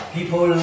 People